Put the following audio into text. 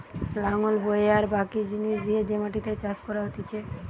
লাঙল বয়ে আর বাকি জিনিস দিয়ে যে মাটিতে চাষ করা হতিছে